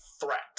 threat